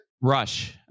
rush